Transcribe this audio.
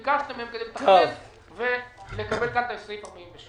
וחלק מהסרטונים שהוא אינו מעלה ואינו מוריד אם מדובר בפרסום